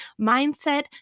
mindset